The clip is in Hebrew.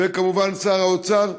וכמובן שר האוצר,